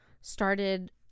started